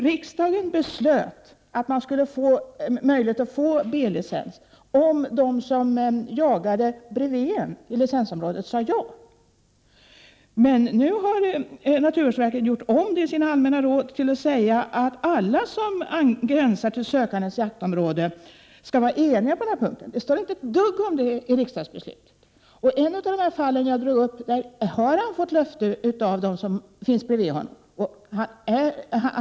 Riksdagen beslöt att man skulle ha möjlighet att få B-licens, om de som jagade bredvid en i licensområdet sade ja. Men nu har naturvårdsverket gjort om det i sina allmänna råd och säger att alla som gränsar till sökandens jaktområde skall vara eniga på den här punkten. Det står det inte ett dugg om i riksdagsbeslutet. I ett av de fall jag tog upp har jägaren fått löfte av dem som finns bredvid honom.